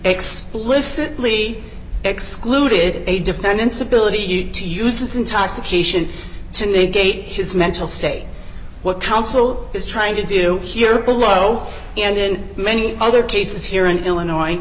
explicitly excluded a defendant's ability to use his intoxication to negate his mental state what counsel is trying to do here below and in many other cases here in illinois